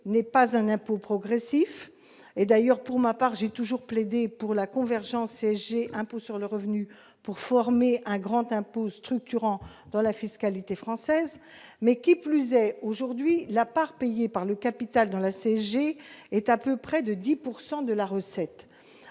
n'est pas un impôt progressif et d'ailleurs pour ma part, j'ai toujours plaidé pour la convergence j'ai impôt sur le revenu pour former un grand impôt structurant dans la fiscalité française, mais qui plus est, aujourd'hui, la part payée par le capital de la CSG est un peu près de 10 pourcent